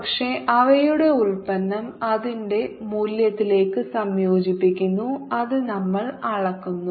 പക്ഷേ അവയുടെ ഉൽപ്പന്നം അതിന്റെ മൂല്യത്തിലേക്ക് സംയോജിക്കുന്നു അത് നമ്മൾ അളക്കുന്നു